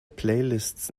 playlists